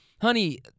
honey